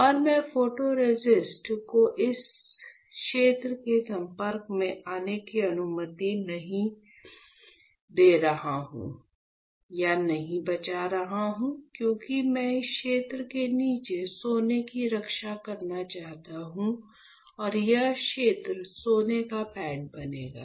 और मैं फोटोरेसिस्ट को इस क्षेत्र के संपर्क में आने की अनुमति दे रहा हूं या नहीं बचा रहा हूं क्योंकि मैं इस क्षेत्र के नीचे सोने की रक्षा करना चाहता हूं और यह क्षेत्र सोने का पैड बनेगा